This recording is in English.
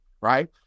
right